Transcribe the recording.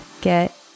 get